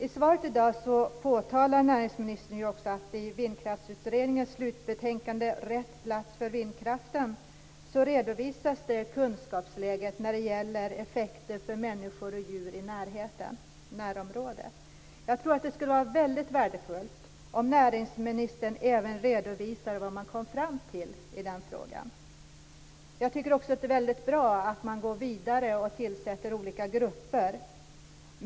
I svaret i dag pekar näringsministern på att man i Vindkraftsutredningens slutbetänkande Rätt plats för vindkraften redovisar kunskapsläget när det gäller effekter för människor och djur i närområdet. Jag tror att det skulle vara väldigt värdefullt om näringsministern även redovisade vad man kom fram till i denna fråga. Jag tycker också att det är väldigt bra att man går vidare och tillsätter olika grupper.